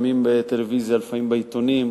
לפעמים בטלוויזיה לפעמים בעיתונים,